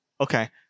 Okay